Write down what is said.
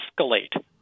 escalate